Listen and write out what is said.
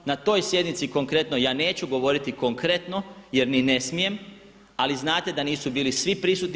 Na toj sjednici konkretno ja neću govoriti konkretno, jer ni ne smijem, ali znate da nisu bili svi prisutni.